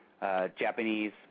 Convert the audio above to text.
Japanese